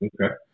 Okay